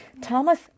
Thomas